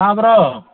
ꯇꯥꯕꯔꯣ